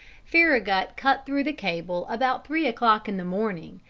farragut cut through the cable about three o'clock in the morning,